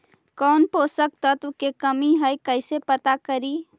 कौन पोषक तत्ब के कमी है कैसे पता करि?